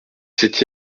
sept